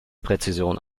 präzision